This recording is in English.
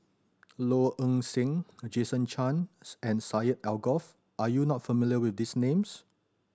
Low Ng Sing Jason Chan's and Syed Alsagoff are you not familiar with these names